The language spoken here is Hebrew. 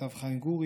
כתב חיים גורי,